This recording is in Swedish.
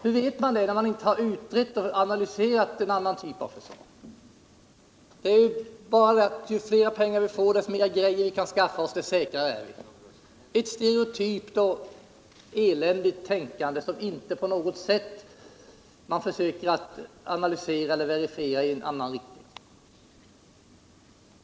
Hur vet ni det när man inte utrett och analyserat någon annan typ av försvar? Ju mer pengar vi får, desto mer kan vi skaffa oss och desto säkrare är vi — ett stereotypt och eländigt tänkande som inte på något sätt analyseras eller verifieras i någon annan riktning.